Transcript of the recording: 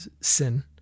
sin